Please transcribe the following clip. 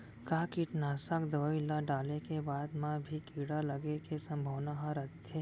का कीटनाशक दवई ल डाले के बाद म भी कीड़ा लगे के संभावना ह रइथे?